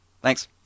thanks